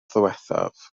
ddiwethaf